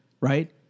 right